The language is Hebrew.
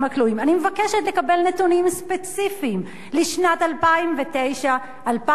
אני מבקשת לקבל נתונים ספציפיים לשנת 2009 2010,